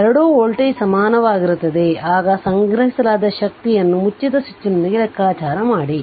ಆದ್ದರಿಂದ ಎರಡೂ ವೋಲ್ಟೇಜ್ ಸಮಾನವಾಗಿರುತ್ತದೆ ಈಗ ಸಂಗ್ರಹಿಸಲಾದ ಶಕ್ತಿಯನ್ನು ಮುಚ್ಚಿದ ಸ್ವಿಚ್ನೊಂದಿಗೆ ಲೆಕ್ಕಾಚಾರ ಮಾಡಿ